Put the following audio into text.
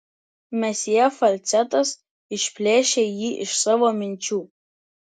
mesjė falcetas išplėšė jį iš savo minčių